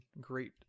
great